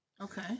Okay